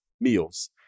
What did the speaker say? meals